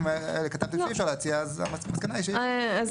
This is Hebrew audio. האלה כתבתם שאי אפשר להציע אז המסקנה היא --- לא